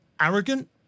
arrogant